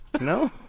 no